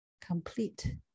complete